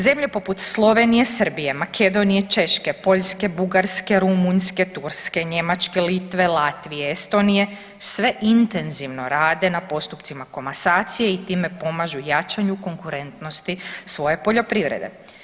Zemlje poput Slovenije, Srbije, Makedonije, Češke, Poljske, Bugarske, Rumunjske, Turske, Njemačke, Litve, Latvije, Estonije sve intenzivno rade na postupcima komasacije i time pomažu jačanju konkurentnosti svoje poljoprivrede.